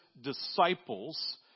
disciples